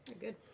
good